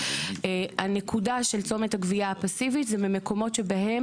הנקודה של צומת הגבייה הפאסיבית זה במקומות שבהם